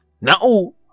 Now